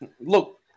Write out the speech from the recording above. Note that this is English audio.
look